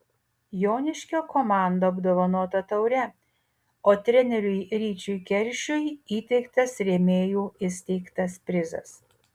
joniškio komanda apdovanota taure o treneriui ryčiui keršiui įteiktas rėmėjų įsteigtas prizas